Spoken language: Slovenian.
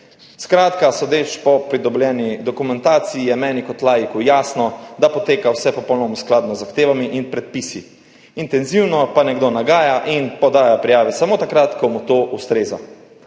Skratka, sodeč po pridobljeni dokumentaciji je meni kot laiku jasno, da poteka vse popolnoma v skladu z zahtevami in predpisi, nekdo pa intenzivno nagaja in podaja prijave samo takrat, ko mu to ustreza.